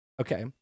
Okay